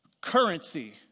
currency